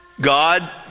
God